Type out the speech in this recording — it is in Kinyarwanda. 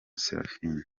seraphine